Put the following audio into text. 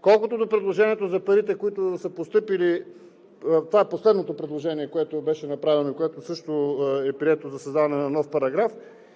Колкото до предложението за парите, които са постъпили – това е последното предложение, което беше направено и което също е прието, за създаване на нов параграф